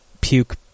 puke